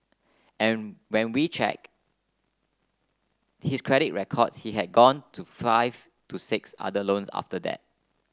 and when we check his credit records he had gone to five to six other loans after that